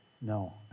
No